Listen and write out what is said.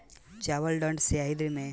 चावल ठंढ सह्याद्री में अच्छा होला का?